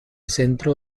centro